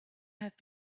have